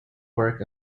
work